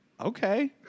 Okay